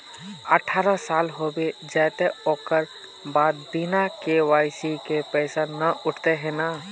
अठारह साल होबे जयते ओकर बाद बिना के.वाई.सी के पैसा न उठे है नय?